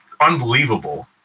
unbelievable